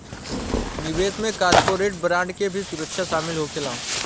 निवेश में corporate bond के भी सुरक्षा शामिल होखेला